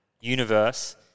universe